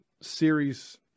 series